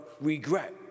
regret